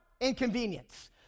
inconvenience